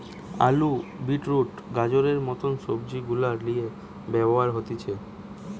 আলু, beet root, গাজরের মত সবজি গুলার লিয়ে ব্যবহার হতিছে